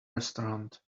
restaurant